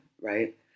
right